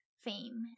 fame